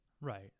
Right